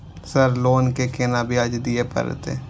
Sir loan के केना ब्याज दीये परतें?